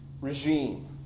regime